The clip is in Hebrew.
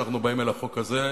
לחוק הזה,